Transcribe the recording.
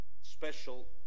special